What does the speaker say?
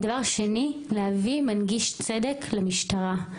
דבר שני, להביא מנגיש צדק למשטרה.